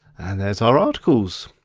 and there's our articles.